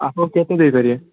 ଆପଣ କେତେ ଦେଇପାରିବେ